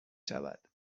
شود